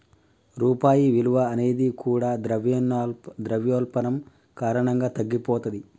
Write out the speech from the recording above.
రూపాయి విలువ అనేది కూడా ద్రవ్యోల్బణం కారణంగా తగ్గిపోతది